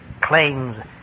claims